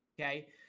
okay